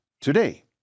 today